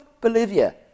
Bolivia